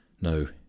No